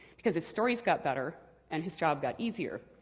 because his stories got better and his job got easier.